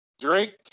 Drake